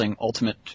Ultimate